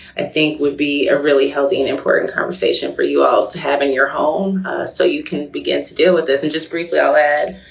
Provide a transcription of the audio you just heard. i think would be a really healthy and important conversation for you all to have in your home so you can begin to deal with this. and just briefly add